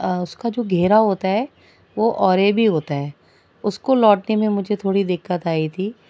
اس کا جو گھیرا ہوتا ہے وہ اوریبی ہوتا ہے اس کو لوٹنے میں مجھے تھوڑی دقت آئی تھی